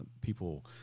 people